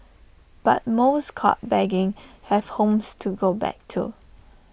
but most caught begging have homes to go back to